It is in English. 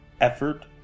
effort